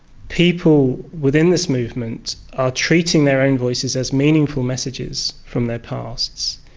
people within this movement are treating their own voices as meaningful messages from their pasts,